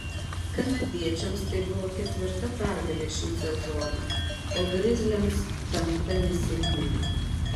kanadiečiams tai buvo ketvirta pergalė šį sezoną o grizliams penkta nesėkmė